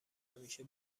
همیشه